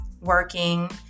working